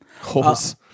Holes